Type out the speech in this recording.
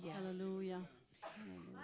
Hallelujah